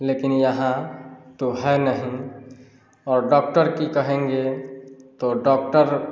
लेकिन यहाँ तो है नहीं और डॉक्टर की कहेंगे तो डॉक्टर